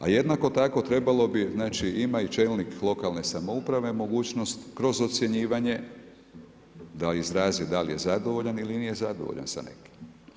A jednako tako trebalo bi, znači ima i čelnik lokalne samouprave mogućnost kroz ocjenjivanje da izrazi da li je zadovoljan ili nije zadovoljan sa nekim.